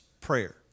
prayer